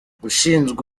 ushinzwe